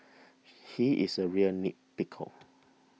he is a real nitpicker